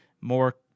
more